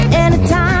anytime